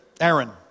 Aaron